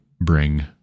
bring